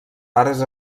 pares